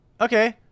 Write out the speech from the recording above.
Okay